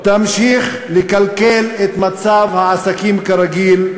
תמשיך לקלקל את מצב "העסקים כרגיל",